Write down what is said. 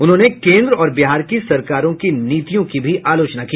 उन्होंने केंद्र और बिहार की सरकारों की नीतियों की भी आलोचना की